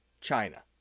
China